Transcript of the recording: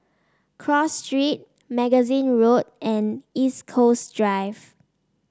Cross Street Magazine Road and East Coast Drive